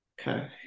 Okay